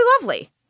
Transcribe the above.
lovely